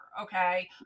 Okay